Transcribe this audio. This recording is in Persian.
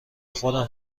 خودم